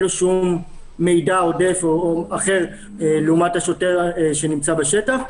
לו שום מידע עודף או אחר לעומת השוטר שנמצא בשטח.